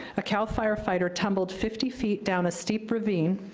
a cal firefighter tumbled fifty feet down a steep ravine,